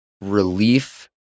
relief